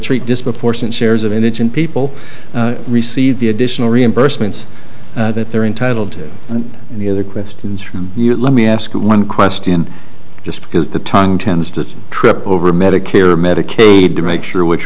treat disproportionate shares of energy and people receive the additional reimbursements that they're entitled to and the other questions from you let me ask one question just because the tongue tends to trip over medicare medicaid to make sure which